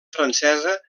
francesa